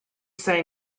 say